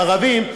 בערבים,